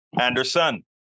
Anderson